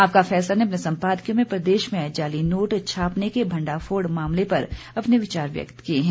आपका फैसला ने अपने संपादकीय में प्रदेश में जाली नोट छापने के भंडाफोड़ मामले पर अपने विचार व्यक्त किए हैं